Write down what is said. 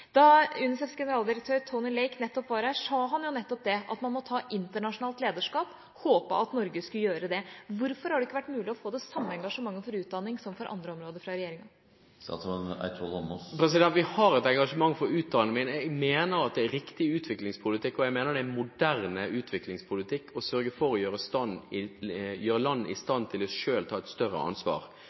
Da UNICEFs generaldirektør Anthony Lake nettopp var her, sa han nettopp at man måtte ta internasjonalt lederskap, og at han håpet at Norge skulle gjøre det. Hvorfor har det ikke vært mulig å få det samme engasjementet for utdanning som for andre områder, fra regjeringa? Vi har et engasjement for utdanning, men jeg mener at det er riktig utviklingspolitikk, og jeg mener det er moderne utviklingspolitikk å sørge for å gjøre land i stand til selv å ta et større ansvar.